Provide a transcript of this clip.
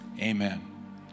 amen